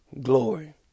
glory